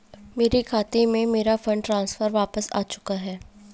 मेरे खाते में, मेरा फंड ट्रांसफर वापस आ चुका है